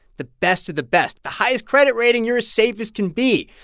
the best of the best, the highest credit rating you're as safe as can be.